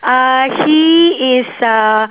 uh he is a